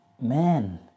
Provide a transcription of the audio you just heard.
man